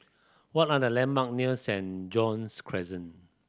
what are the landmark near Saint John's Crescent